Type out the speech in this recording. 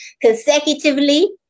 consecutively